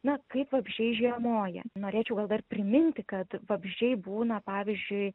na kaip vabzdžiai žiemoja norėčiau gal dar priminti kad vabzdžiai būna pavyzdžiui